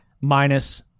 minus